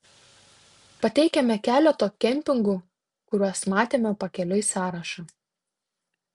pateikiame keleto kempingų kuriuos matėme pakeliui sąrašą